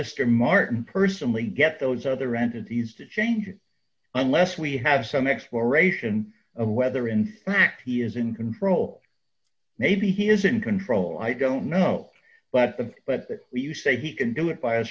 string martin personally get those other entities to change it unless we have some exploration of whether in fact he is in control maybe he is in control i don't know but the but you say he can do it by a